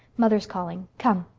mother's calling. come.